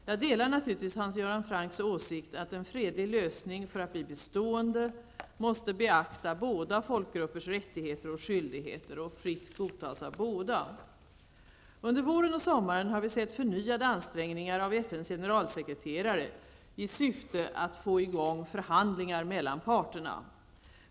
Jag delar naturligtvis Hans Göran Francks åsikt att en fredlig lösning, för att bli bestående, måste beakta båda folkgruppers rättigheter och skyldigheter och fritt godtas av båda. Under våren och sommaren har vi sett förnyade ansträngningar av FNs generalsekreterare i syfte att få i gång förhandlingar mellan parterna.